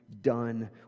done